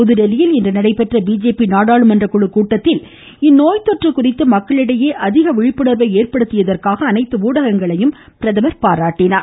புதுதில்லியில் இன்று நடைபெற்ற பிஜேபி நாடாளுமன்ற குழு கூட்டத்தில் இந்நோய்த் தொற்று குறித்து மக்களிடையே அதிக விழிப்புண்வை ஏற்படுத்தியதற்காக அனைத்து ஊடகங்களையும் அவர் பாராட்டினார்